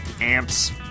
Amps